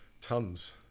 tons